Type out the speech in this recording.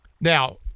now